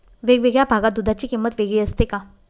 वेगवेगळ्या भागात दूधाची किंमत वेगळी असते का?